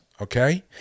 okay